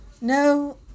No